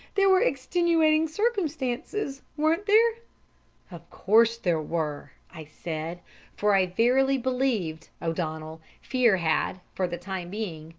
there were extenuating circumstances, weren't there of course there were i said for i verily believed, o'donnell, fear had, for the time being,